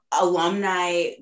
alumni